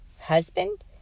husband